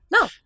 No